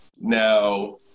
Now